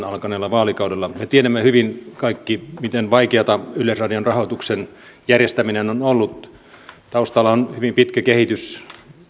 alkaneella vaalikaudella me tiedämme hyvin kaikki miten vaikeata yleisradion rahoituksen järjestäminen on ollut taustalla on hyvin pitkä kehitys